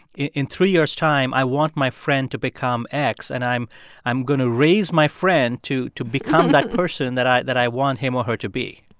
in three years' time, i want my friend to become x. and i'm i'm going to raise my friend to become become that person that i that i want him or her to be